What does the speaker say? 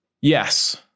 Yes